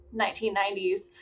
1990s